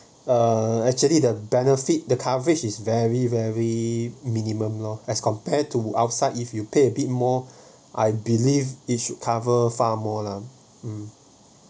uh actually the benefit the coverage is very very minimum lor as compared to outside if you pay a bit more I believe it should cover far more lah mm